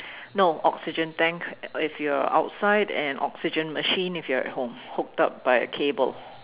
no oxygen tank uh if you're outside an oxygen machine if you're at home hooked up by a cable